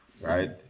right